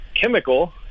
chemical